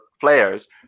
flares